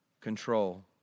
control